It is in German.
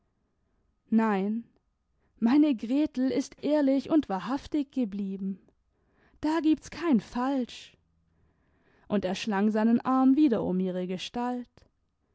nein meine gretel ist ehrlich und wahrhaftig geblieben da gibt's kein falsch und er schlang seinen arm wieder um ihre gestalt